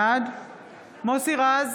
בעד מוסי רז,